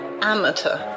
Amateur